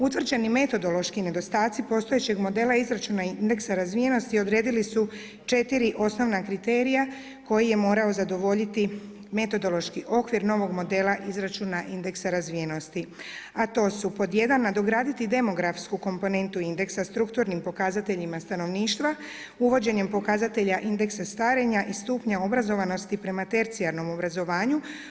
Utvrđeni metodološki nedostatci postojećeg modela izračuna indeksa razvijenosti odredili su četiri osnovna kriterija koji je morao zadovoljiti metodološki okvir novog modela izračuna indeksa razvijenosti, a to su pod jedan nadograditi demografsku komponentu indeksa strukturnim pokazateljima stanovništva uvođenjem pokazatelja indeksa starenja i stupnja obrazovanosti prema tercijarnom obrazovanju.